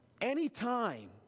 Anytime